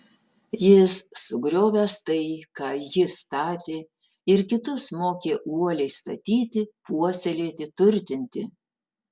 jis sugriovęs tai ką ji statė ir kitus mokė uoliai statyti puoselėti turtinti